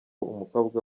umukobwa